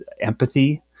empathy